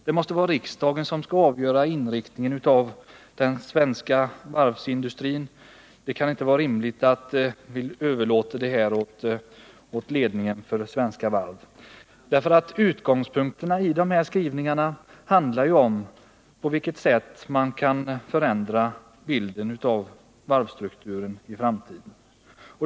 Det måste vara riksdagen som skall avgöra inriktningen för den svenska varvsindustrin. Det kan inte vara rimligt att överlåta det till ledningen för Svenska Varv. Utgångspunkterna i skrivningarna handlar ju om på vilket sätt man kan förändra varvsstrukturen i framtiden.